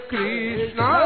Krishna